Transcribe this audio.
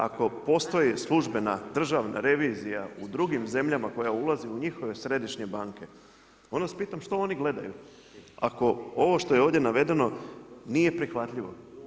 Ako postoji službena državna revizija u drugim zemljama koja ulazi u njihove središnje banke, onda vas pitam što oni gledaju ako ovo što je ovdje navedeno nije prihvatljivo.